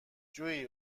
جویی